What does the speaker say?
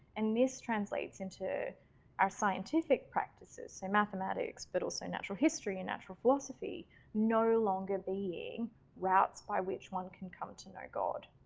and this translates into our scientific practices. so and mathematics, but also natural history and natural philosophy no longer being routes by which one can come to know god.